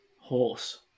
Horse